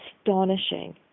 astonishing